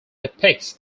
depicts